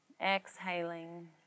exhaling